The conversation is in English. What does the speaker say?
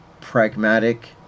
pragmatic